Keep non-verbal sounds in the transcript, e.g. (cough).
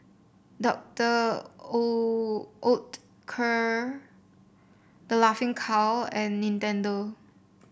Docter (unintelligible) Oetker The Laughing Cow and Nintendo